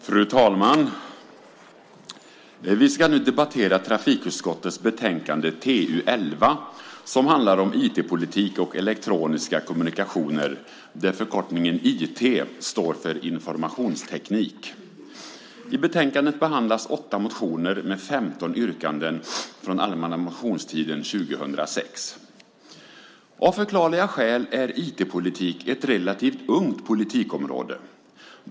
Fru talman! Vi ska nu debattera trafikutskottets betänkande TU11 som handlar om IT-politik och elektroniska kommunikationer. Förkortningen IT står för informationsteknik. I betänkandet behandlas åtta motioner med 15 yrkanden från den allmänna motionstiden 2006. Av förklarliga skäl är IT-politik ett relativt ungt politikområde.